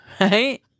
right